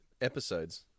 Episodes